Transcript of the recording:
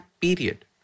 period